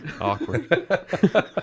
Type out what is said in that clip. Awkward